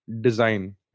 design